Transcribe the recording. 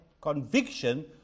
conviction